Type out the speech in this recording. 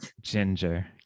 ginger